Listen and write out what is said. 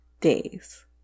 days